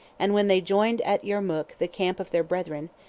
and when they joined at yermuk the camp of their brethren,